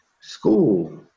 school